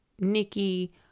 Nikki